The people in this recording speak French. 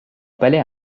palais